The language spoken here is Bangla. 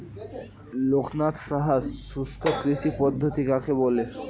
লোকনাথ সাহা শুষ্ককৃষি পদ্ধতি কাকে বলে?